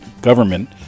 Government